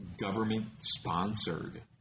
government-sponsored